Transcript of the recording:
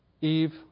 Eve